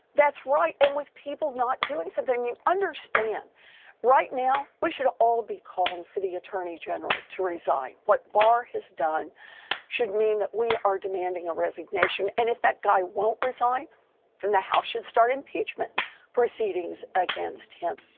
that's right and with people not doing something. i mean understand right now we should all be calling for the attorney general to resign. what barr has done should mean that we are demanding a resignation and if that guy won't resign then the house should start impeachment proceedings against him.